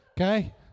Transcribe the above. okay